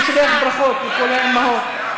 ואני שולח ברכות לכל האימהות.